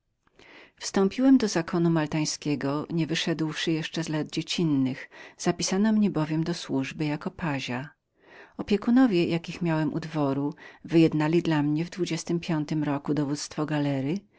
wstąpiłem do zakonu maltańskiego nie wyszedłszy jeszcze z lat dziecinnych zapisano mnie bowiem do służby jako pazia opiekunowie jakich miałem u dworu wyjednali dla mnie w dwudziestym piątym roku dowództwo galery